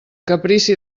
caprici